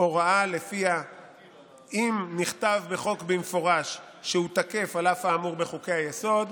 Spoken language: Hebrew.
הוראה שלפיה אם נכתב בחוק במפורש שהוא תקף על אף האמור בחוקי-היסוד,